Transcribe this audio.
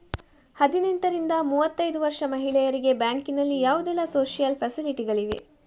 ಹದಿನೆಂಟರಿಂದ ಮೂವತ್ತೈದು ವರ್ಷ ಮಹಿಳೆಯರಿಗೆ ಬ್ಯಾಂಕಿನಲ್ಲಿ ಯಾವುದೆಲ್ಲ ಸೋಶಿಯಲ್ ಫೆಸಿಲಿಟಿ ಗಳಿವೆ?